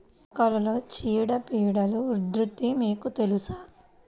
మొక్కలలో చీడపీడల ఉధృతి మీకు తెలుసా?